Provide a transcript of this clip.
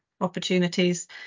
opportunities